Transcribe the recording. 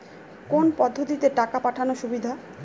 কোন পদ্ধতিতে টাকা পাঠানো সুবিধা?